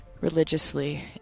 religiously